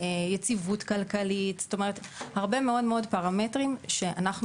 יש כאן דוח מאוד מאוד קשה, אין פה ויכוח.